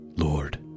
Lord